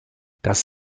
das